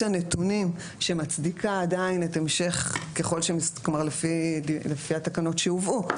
הנתונים שמצדיקה עדיין לפי התקנות שהובאו,